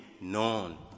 known